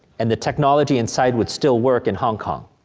and the technology inside would still work in hong kong.